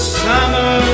summer